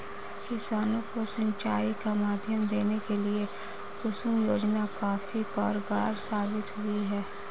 किसानों को सिंचाई का माध्यम देने के लिए कुसुम योजना काफी कारगार साबित हुई है